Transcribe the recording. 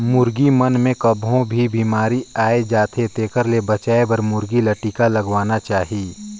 मुरगी मन मे कभों भी बेमारी आय जाथे तेखर ले बचाये बर मुरगी ल टिका लगवाना चाही